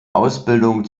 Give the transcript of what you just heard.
ausbildung